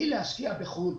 היא להשקיע בחו"ל.